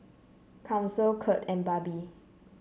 Council Curt and Barbie